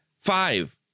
Five